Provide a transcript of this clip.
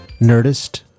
Nerdist